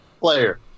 Player